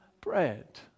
bread